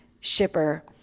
shipper